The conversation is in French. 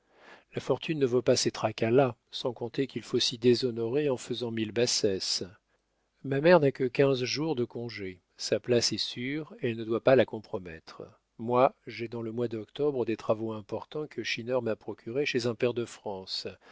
la fortune ne vaut pas ces tracas là sans compter qu'il faut s'y déshonorer en faisant mille bassesses ma mère n'a que quinze jours de congé sa place est sûre elle ne doit pas la compromettre moi j'ai dans le mois d'octobre des travaux importants que schinner m'a procurés chez un pair de france